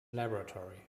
laboratory